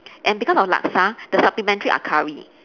and because of laksa the supplementary are curry